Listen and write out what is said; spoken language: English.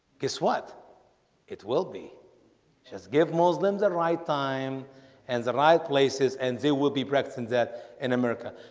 guess what it will be just give muslims and right time and the right places and they will be practicing that in america.